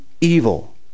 evil